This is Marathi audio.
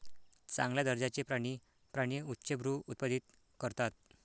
चांगल्या दर्जाचे प्राणी प्राणी उच्चभ्रू उत्पादित करतात